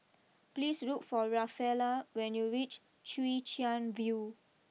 please look for Rafaela when you reach Chwee Chian view